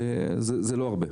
זה לא הרבה.